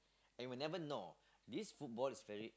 and whenever no these football is very